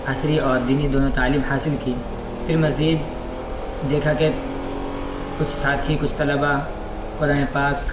عصری اور دینی دونوں تعلیم حاصل کیں پھر مزید دیکھا کہ کچھ ساتھی کچھ طلبہ قرآن پاک